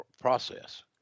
process